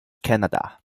canada